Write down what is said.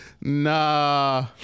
Nah